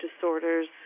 disorders